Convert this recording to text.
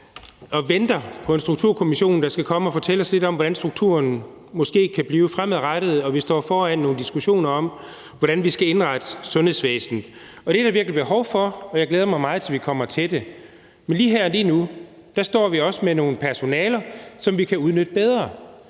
og venter på en Sundhedsstrukturkommission, der skal komme og fortælle os lidt om, hvordan strukturen måske kan blive fremadrettet. Og vi står foran nogle diskussioner om, hvordan vi skal indrette sundhedsvæsenet. Det er der virkelig behov for, og jeg glæder mig meget til, at vi kommer til det. Men lige her og nu står vi også med nogle personaler, som vi kan udnytte bedre.